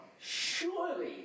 surely